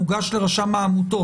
מוגש לרשם העמותות,